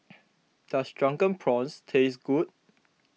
does Drunken Prawns taste good